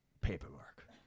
paperwork